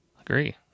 Agree